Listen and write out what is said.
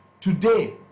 Today